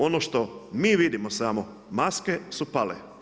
Ono što mi vidimo samo maske su pale.